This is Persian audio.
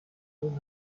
حساسیت